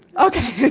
ok,